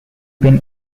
been